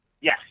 yes